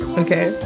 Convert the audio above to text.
okay